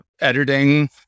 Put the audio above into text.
editing